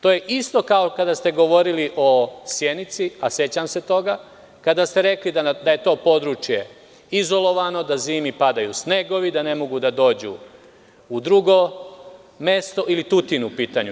To je isto kao kada ste govorili o Sjenici, a sećam se toga, kada ste rekli da je to područje izolovano, da zimi padaju snegovi, da ne mogu da dođu u drugo mesto, ili je Tutin bio u pitanju.